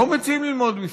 לא מציעים ללמוד מפרויד.